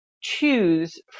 choose